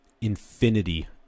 Infinity